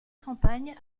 campagne